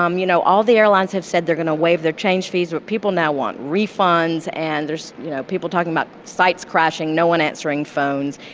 um you know, all the airlines have said they're going to waive their change fees, but people now want refunds. and there's, you know, people talking about sites crashing, no one answering phones.